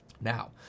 now